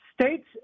states